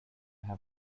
have